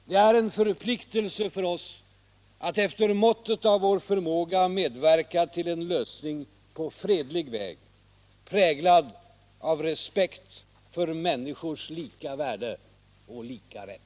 Det är en förpliktelse för oss att efter måttet av vår förmåga medverka till en lösning på fredlig väg, präglad av respekt för människors lika värde och lika rätt.